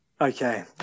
Okay